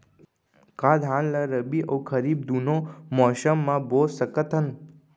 का धान ला रबि अऊ खरीफ दूनो मौसम मा बो सकत हन?